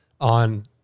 on